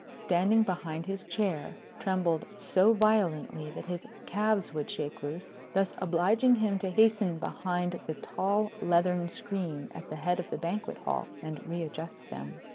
standing behind his chair, trembled so violently that his calves would shake loose, thus obliging him to hasten behind the tall leathern screen at the head of the banquet-hall and readjust them.